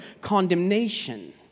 condemnation